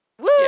woo